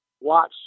watch